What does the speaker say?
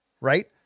right